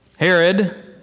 Herod